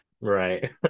right